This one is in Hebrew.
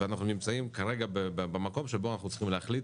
אנחנו נמצאים כרגע במקום שבו אנחנו צריכים להחליט